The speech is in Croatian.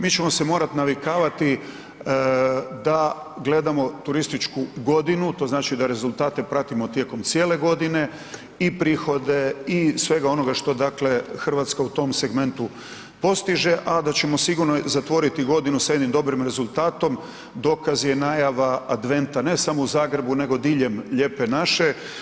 Mi ćemo se morati navikavati da gledamo turističku godinu, to znači da rezultate pratimo tijekom cijele godine i prihode i svega onoga što, dakle Hrvatska u tom segmentu postiže, a da ćemo sigurno zatvoriti godinu sa jednim dobrim rezultatom, dokaz je najava adventa ne samo u Zagrebu nego diljem Lijepe naše.